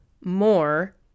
more